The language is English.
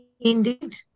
Indeed